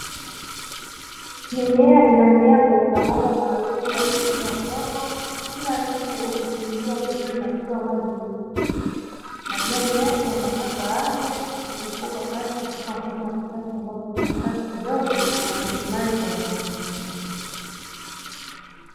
Mimea ina mea kwenye mabomba maalumu, bila kutumia udongo. Kila mche, ukifungiwa vizuri na kupewa maji, mizizi na majani yake yanakua kwa afya, kwa kasi katika mfumo wa kisasa na kutumia rasilimali kwa ufanisi.